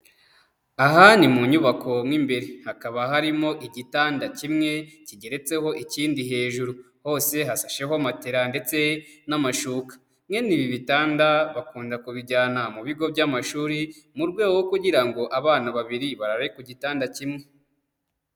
Aha ni mu nyubako mo imbere. Hakaba harimo igitanda kimwe kigeretseho ikindi hejuru. Hose hasasheho matela ndetse n'amashuka. Mwene ibi bitanda bakunda kubijyana mu bigo by'amashuri mu rwego rwo kugira ngo abana babiri barare ku gitanda kimwe.